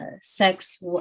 sex